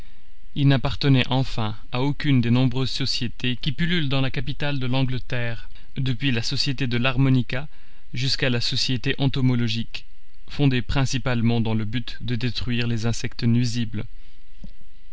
il n'appartenait enfin à aucune des nombreuses sociétés qui pullulent dans la capitale de l'angleterre depuis la société de l'armonica jusqu'à la société entomologique fondée principalement dans le but de détruire les insectes nuisibles